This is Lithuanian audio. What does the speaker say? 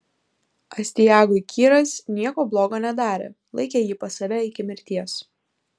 astiagui kyras nieko blogo nedarė laikė jį pas save iki mirties